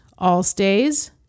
Allstays